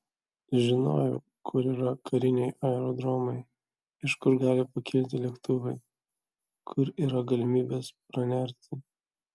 žinojau kur yra kariniai aerodromai iš kur gali pakilti lėktuvai kur yra galimybės pranerti